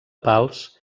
pals